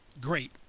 great